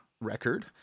record